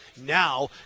now